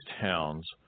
towns